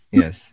yes